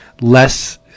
less